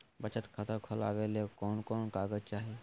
बचत खाता खोले ले कोन कोन कागज चाही?